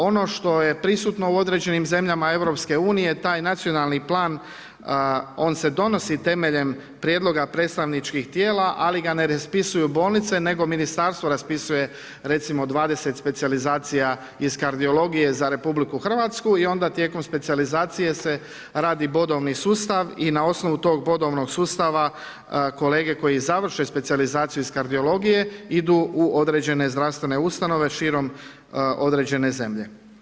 Ono što je prisutno u određenim zemljama Europske unije taj nacionalni plan on se donosi temeljem prijedloga predstavničkih tijela, ali ga ne raspisuju bolnice nego Ministarstvo raspisuje recimo 20 specijalizacija iz kardiologije za Republiku Hrvatsku i onda tijelom specijalizacije se radi bodovni sustav i na osnovu tog bodovnog sustava kolege koji završe specijalizaciju iz kardiologije idu u određene zdravstvene ustanove širom određene zemlje.